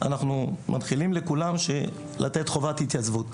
אנחנו מנחילם לכולם לתת חובת התייצבות.